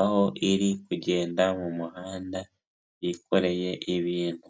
aho iri kugenda mu muhanda yikoreye ibintu.